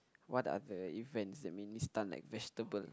what are the events that made me stunned like vegetable